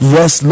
Yes